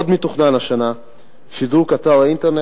עוד מתוכנן השנה שדרוג אתר האינטרנט.